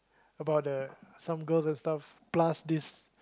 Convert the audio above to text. about the some some girls and stuff plus this